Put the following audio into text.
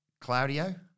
Claudio